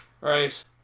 right